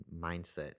mindset